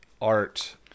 art